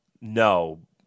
no